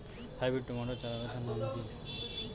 Hybrid tomato চারাগাছের নাম কি?